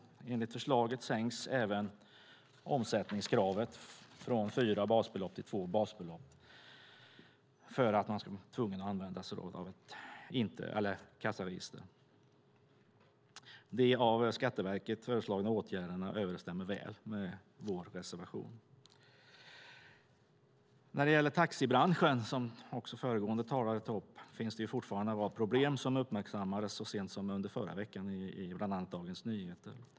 Enligt förslaget sänks även omsättningskravet för att man ska bli tvungen att använda sig av kassaregister från fyra till två basbelopp. De av Skatteverket föreslagna åtgärderna överensstämmer väl med vår reservation. När det gäller taxibranschen, som också föregående talare tog upp, finns det fortfarande en rad problem, som uppmärksammades så sent som under förra veckan i bland annat Dagens Nyheter.